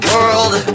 World